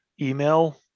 email